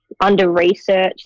under-researched